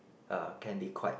uh can be quite